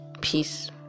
peace